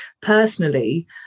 personally